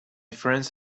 friends